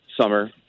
summer